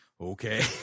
okay